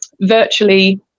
virtually